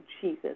Jesus